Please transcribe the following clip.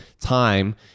time